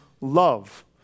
love